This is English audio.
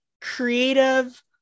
creative